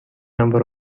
number